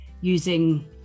using